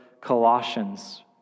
Colossians